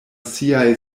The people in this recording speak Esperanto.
siaj